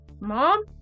Mom